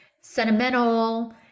sentimental